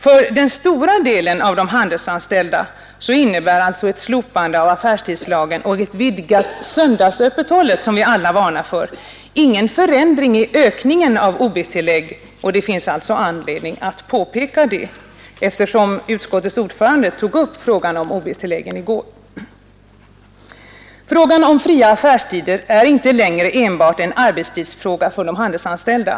För den stora delen av de handelsanställda innebär ett slopande av affärstidslagen och ett vidgat söndagsöppethållande, som vi alla varnar för, ingen större förändring genom ökningen av ob-tilläggen. Det finns anledning att påpeka detta, eftersom utskottets ordförande i går tog upp frågan om ob-tilläggen. Frågan om fria affärstider är inte längre enbart en arbetstidsfråga för de handelsanställda.